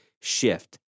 shift